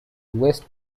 west